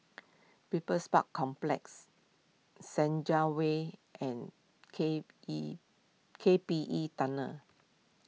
People's Park Complex Senja Way and K E K P E Tunnel